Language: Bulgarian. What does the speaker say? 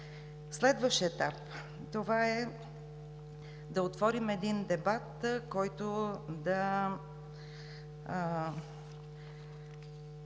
Следващ етап – това е да отворим един дебат, в който да